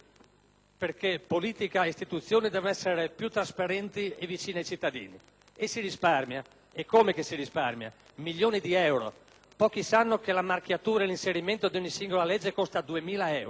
perché politica e istituzioni devono essere più trasparenti e vicine ai cittadini. E si risparmia. Eccome si risparmia! Milioni di euro. Pochi sanno che la marchiatura e l'inserimento di ogni singola legge costa 2.000 euro.